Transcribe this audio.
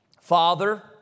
Father